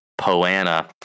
Poana